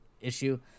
issue